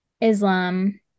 Islam